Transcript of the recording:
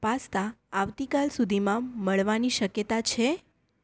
pasta આવતીકાલ સુધીમાં મળવાની શક્યતા છે